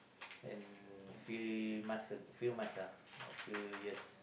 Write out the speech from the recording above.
and few months uh few months uh or few years